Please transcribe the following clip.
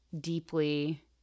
deeply